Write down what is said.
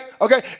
Okay